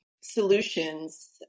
solutions